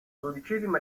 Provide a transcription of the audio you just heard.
dodicesima